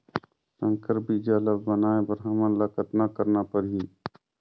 संकर बीजा ल बनाय बर हमन ल कतना करना परही?